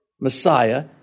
Messiah